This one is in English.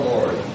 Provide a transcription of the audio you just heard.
Lord